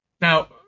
Now